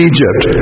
Egypt